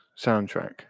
soundtrack